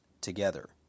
together